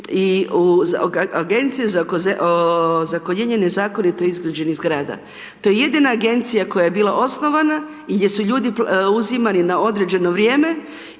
i Agencija za ozakonjenje nezakonito izgrađenih zgrada. To je jedina agencija koja je bila osnovana i gdje su ljudi uzimali na određeno vrijeme